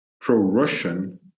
pro-Russian